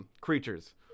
creatures